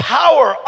power